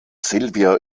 silvia